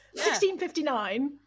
1659